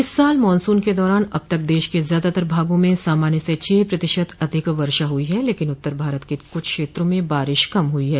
इस साल मॉनसून के दौरान अब तक देश के ज्यादातर भागों में सामान्य से छह प्रतिशत अधिक वर्षा हुई है लेकिन उत्तर भारत के कुछ क्षेत्रों में बारिश कम हुई है